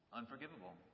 unforgivable